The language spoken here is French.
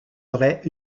aurait